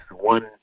one